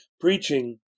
Preaching